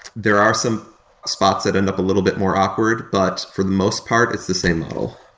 there are some spots that end up a little bit more awkward. but for the most part, it's the same model.